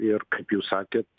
ir kaip jūs sakėt